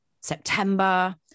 September